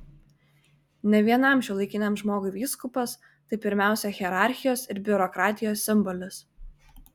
ne vienam šiuolaikiniam žmogui vyskupas tai pirmiausia hierarchijos ar biurokratijos simbolis